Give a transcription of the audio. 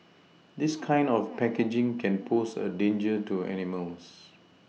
this kind of packaging can pose a danger to animals